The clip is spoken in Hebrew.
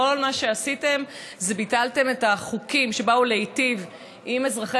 כל מה שעשיתם זה ביטלתם את החוקים שבאו להיטיב עם אזרחי